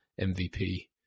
MVP